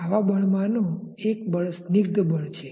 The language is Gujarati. આવા બળ મા નો એક બળ સ્નિગ્ધ બળ છે